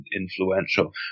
influential